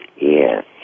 Yes